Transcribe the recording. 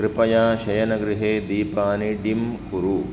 कृपया शयनगृहे दीपानि डिम् कुरु